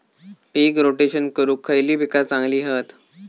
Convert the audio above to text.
पीक rotation करूक खयली पीका चांगली हत?